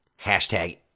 hashtag